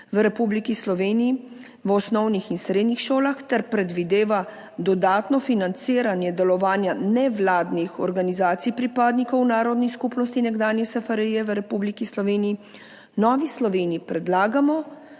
v Republiki Sloveniji v osnovnih in srednjih šolah ter predvideva dodatno financiranje delovanja nevladnih organizacij pripadnikov narodnih skupnosti nekdanje SFRJ v Republiki Sloveniji, v Novi Sloveniji predlagamo,